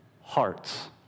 hearts